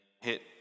hit